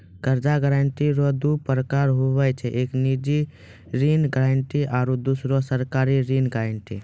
कर्जा गारंटी रो दू परकार हुवै छै एक निजी ऋण गारंटी आरो दुसरो सरकारी ऋण गारंटी